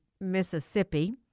Mississippi